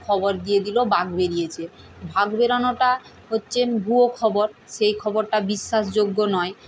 খবর দিয়ে দিল বাঘ বেরিয়েছে বাঘ বেরনোটা হচ্ছে ভুয়ো খবর সেই খবরটা বিশ্বাসযোগ্য নয়